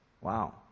Wow